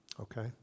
Okay